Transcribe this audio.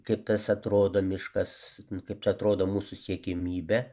kaip tas atrodo miškas kaip atrodo mūsų siekiamybė